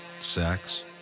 sex